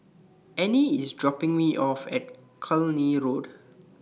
Annie IS dropping Me off At Cluny Road